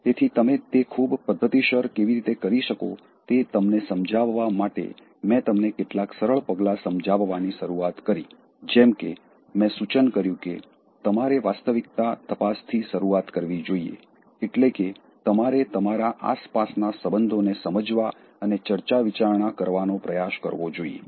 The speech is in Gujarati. તેથી તમે તે ખૂબ પદ્ધતિસર કેવી રીતે કરી શકો તે તમને સમજાવવા માટે મેં તમને કેટલાક સરળ પગલા સમજાવવાની શરૂઆત કરી જેમ કે મેં સૂચન કર્યું કે તમારે વાસ્તવિક્તા તપાસથી શરૂઆત કરવી જોઈએ એટલે કે તમારે તમારા આસપાસના સંબંધોને સમજવા અને ચર્ચાવિચારણા કરવાનો પ્રયાસ કરવો જોઈએ